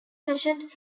fashioned